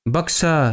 Baksa